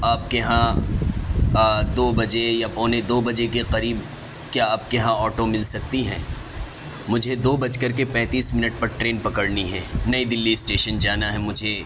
آپ کے یہاں دو بجے یا پونے دو بجے کے قریب کیا آپ کے یہاں آٹو مل سکتی ہیں مجھے دو بج کر کے پینتیس منٹ پر ٹرین پکڑنی ہے نئی دلی اسٹیشن جانا ہے مجھے